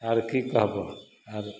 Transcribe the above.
आओर कि कहबऽ आओर